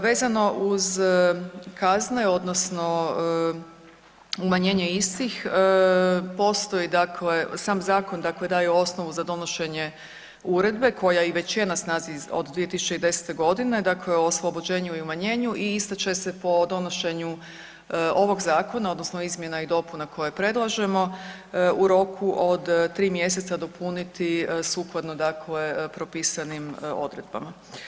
Vezano uz kazne odnosno umanjenje istih postoji dakle, sam zakon dakle daje osnovu za donošenje uredbe koja i već je na snazi od 2010.g., dakle o oslobođenju i umanjenju i ista će se po donošenju ovog zakona odnosno izmjena i dopuna koje predlažemo u roku od 3 mjeseca dopuniti sukladno dakle propisanim odredbama.